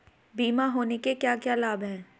बीमा होने के क्या क्या लाभ हैं?